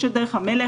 יש את דרך המלך,